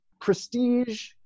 prestige